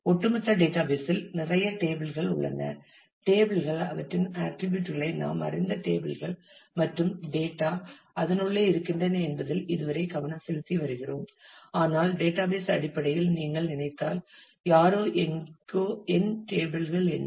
ஒட்டுமொத்த டேட்டாபேஸில் நிறைய டேபிள்கள் உள்ளன டேபிள்கள் அவற்றின் ஆர்ட்டிரிபியூட்களை நாம் அறிந்த டேபிள்கள் மற்றும் டேட்டா அதனுள்ளே இருக்கின்றன என்பதில் இதுவரை கவனம் செலுத்தி வருகிறோம் ஆனால் டேட்டாபேஸ் அடிப்படையில் நீங்கள் நினைத்தால் யாரோ எங்கோ என் டேபிள்கள் என்ன